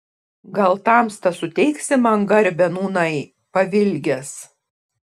gal tamsta suteiksi man garbę nūnai pavilgęs